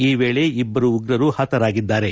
ಈ ವೇಳೆ ಇಬ್ಲರು ಉಗ್ರರು ಹತರಾಗಿದ್ದಾರೆ